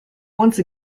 once